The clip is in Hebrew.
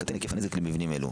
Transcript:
יקטן היקף הנזק למבנים אלה,